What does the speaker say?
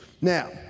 Now